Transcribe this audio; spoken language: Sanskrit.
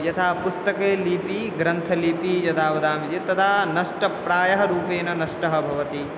यथा पुस्तके लिपिः ग्रन्थलिपिः यदा वदामि चेत् तदा नष्टप्रायः रूपेण नष्टा भवति